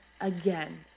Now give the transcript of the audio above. again